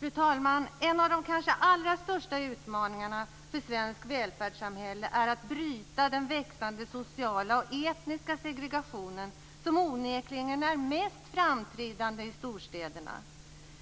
Fru talman! En av de kanske allra största utmaningarna för svenskt välfärdssamhälle är att bryta den växande sociala och etniska segregationen, som onekligen är mest framträdande i storstäderna.